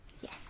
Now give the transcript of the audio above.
Yes